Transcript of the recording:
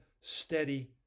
steady